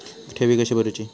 ठेवी कशी भरूची?